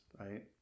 right